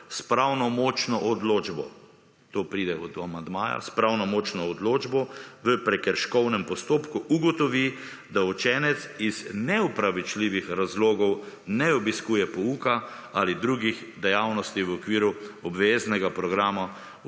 s pravnomočno odločbo, to pride od amandmaja, s pravnomočno odločbo v prekrškovnem postopku ugotovi, da učenec iz neopravljičivih razlogov ne obiskuje pouka ali drugih dejavnosti v okviru obveznega programa